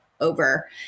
over